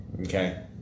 Okay